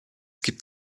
gibt